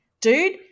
Dude